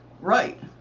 Right